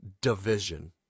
division